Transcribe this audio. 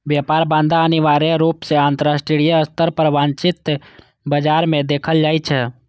व्यापार बाधा अनिवार्य रूप सं अंतरराष्ट्रीय स्तर पर संचालित बाजार मे देखल जाइ छै